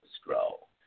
scroll